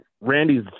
randy's